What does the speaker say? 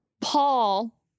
Paul